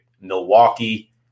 Milwaukee